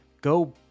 go